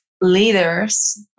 leaders